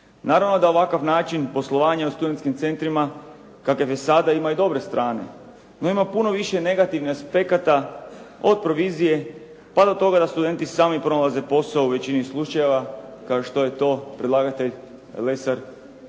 Naravno da ovakav način poslovanja u studentskim centrima kakav je sada ima i dobre strane. No ima puno više negativnih aspekata od provizije pa do toga da studenti sami pronalaze posao u većini slučajeva kao što je to predlagatelj Lesar uvodno